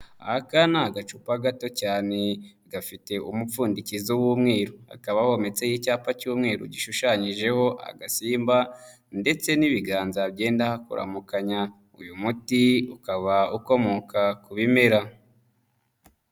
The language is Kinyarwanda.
Aka ni agacupa gato cyane gafite umupfundikizo w'umweru, hakaba hometseho icyapa cy'umweru gishushanyijeho agasimba ndetse n'ibiganza byenda kuramukanya, uyu muti ukaba ukomoka ku bimera.